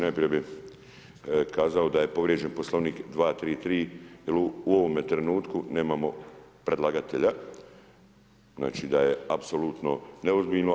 Najprije bih kazao da je povrijeđen Poslovnik 233. jel u ovome trenutku nemamo predlagatelja, znači da je apsolutno neozbiljno.